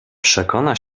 przekona